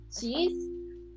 cheese